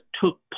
took